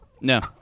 No